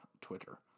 Twitter